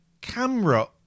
camera